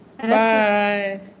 Bye